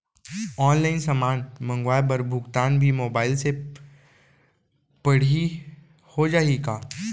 Online समान मंगवाय बर भुगतान भी मोबाइल से पड़ही हो जाही का?